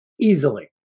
easily